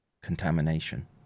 contamination